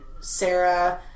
Sarah